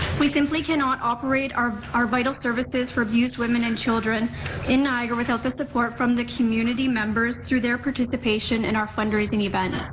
we simply cannot operate our our vital services for abused women and children in niagara without the support from the community members through their participation in our fundraising events.